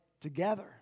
together